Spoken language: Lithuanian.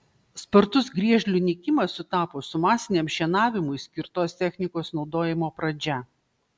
spartus griežlių nykimas sutapo su masiniam šienavimui skirtos technikos naudojimo pradžia